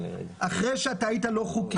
אחרי שהיית לא חוקי,